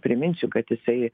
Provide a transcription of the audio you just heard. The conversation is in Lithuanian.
priminsiu kad jisai